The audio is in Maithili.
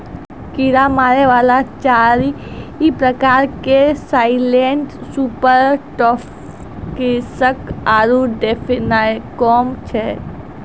कीड़ा मारै वाला चारि प्रकार के साइलेंट सुपर टॉक्सिक आरु डिफेनाकौम छै